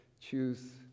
choose